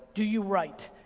do you write?